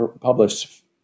published